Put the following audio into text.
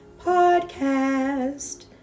podcast